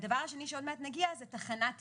הדבר השני שעוד מעט נגיע זה תחנת איסוף,